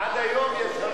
עד היום יש.